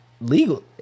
legal